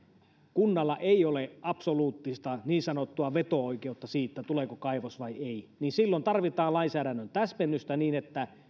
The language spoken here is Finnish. kunnalla ei ole absoluuttista niin sanottua veto oikeutta siihen tuleeko kaivos vai ei niin silloin tarvitaan lainsäädännön täsmennystä niin että